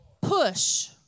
Push